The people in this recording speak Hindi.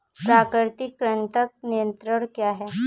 प्राकृतिक कृंतक नियंत्रण क्या है?